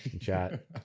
chat